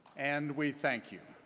and we thank you.